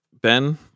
Ben